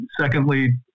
Secondly